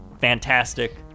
fantastic